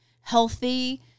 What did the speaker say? healthy